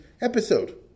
episode